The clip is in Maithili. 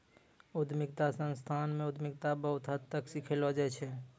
उद्यमिता संस्थान म उद्यमिता बहुत हद तक सिखैलो जाय छै